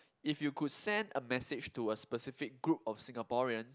if you could send a message to a specific group of Singaporean